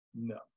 no